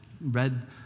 read